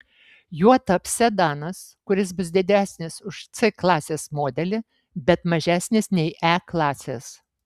juo taps sedanas kuris bus didesnis už c klasės modelį bet mažesnis nei e klasės